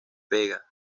vega